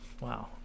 Wow